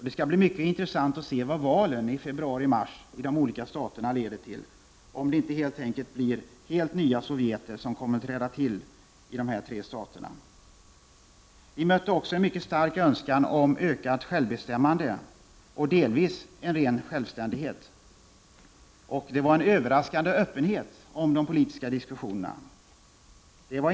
Det skall bli mycket intressant att se vad valen i februari-mars i de olika staterna leder till, dvs. om det inte helt enkelt kommer att bli sovjeter med en helt ny sammansättning, som träder till i de tre staterna. Vi mötte också en mycket stark önskan om ökat självbestämmande och delvis om en ren självständighet. Det var också en överraskande öppenhet i de politiska diskussionerna.